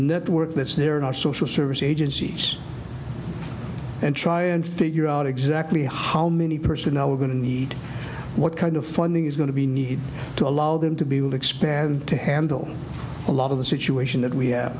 network that's there in our social service agencies and try and figure out exactly how many personnel we're going to need what kind of funding is going to be need to allow them to be able to expand to handle a lot of the situation that we